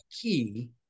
key